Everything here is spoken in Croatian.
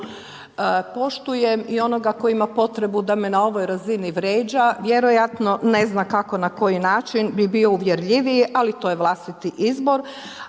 poštujem i onoga koji ima potrebu da me na ovoj razini vređa, vjerojatno ne zna kako, na koji način bi bio uvjerljiviji, ali to je vlastiti izbor.